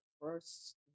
first